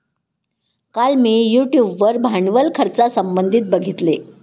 काल मी यूट्यूब वर भांडवल खर्चासंबंधित बघितले